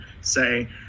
say